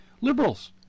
Liberals